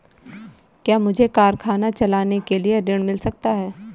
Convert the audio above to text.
क्या मुझे कारखाना चलाने के लिए ऋण मिल सकता है?